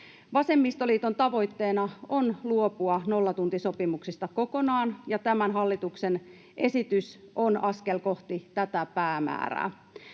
Vasemmistoliiton tavoitteena on luopua nollatuntisopimuksista kokonaan, ja tämä hallituksen esitys on askel kohti tätä päämäärää.